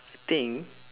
I think